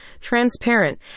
transparent